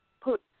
put